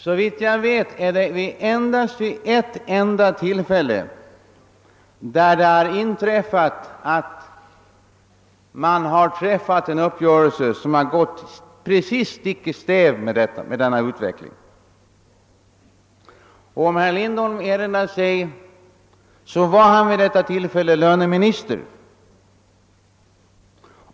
Såvitt jag vet har man endast vid ett enda tillfälle träffat en uppgörelse som har gått precis stick i stäv mot denna utveckling. Som herr Lindholm erinrar sig var han vid detta tillfälle löneminister.